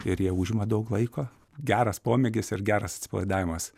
ir jie užima daug laiko geras pomėgis ir geras atsipalaidavimas